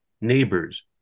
neighbors